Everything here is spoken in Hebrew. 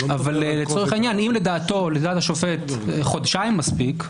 לצורך העניין, אם לדעת השופט חודשיים מספיק,